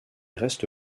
reste